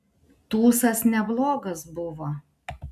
tūsas neblogas buvo